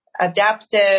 adaptive